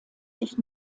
sich